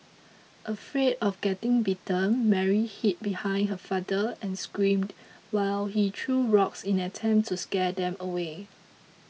afraid of getting bitten Mary hid behind her father and screamed while he threw rocks in an attempt to scare them away